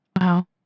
Wow